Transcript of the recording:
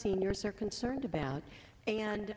seniors are concerned about and